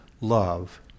love